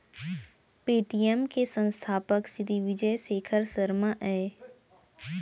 Paytm के संस्थापक सिरी विजय शेखर शर्मा अय